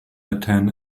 attain